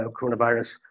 coronavirus